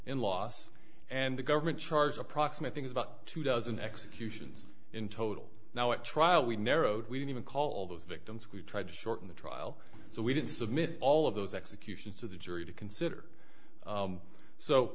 in loss and the government charge approximate things about two dozen executions in total now at trial we narrowed we didn't even call those victims we tried to shorten the trial so we didn't submit all of those executions to the jury to consider